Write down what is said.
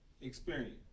experience